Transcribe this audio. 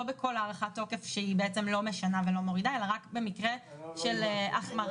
לא בכל הארכת תוקף שהיא בעצם לא משנה ולא מורידה אלא רק במקרה של החמרה.